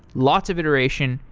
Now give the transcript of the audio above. lots of iteration,